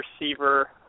receiver